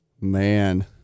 Man